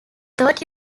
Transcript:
thought